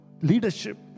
Leadership